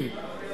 21 בעד,